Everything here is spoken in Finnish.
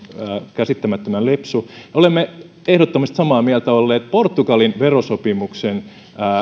käsittämättömän lepsu olemme ehdottomasti olleet samaa mieltä portugalin verosopimuksen